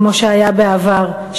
כמו שהיה בעבר,